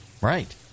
right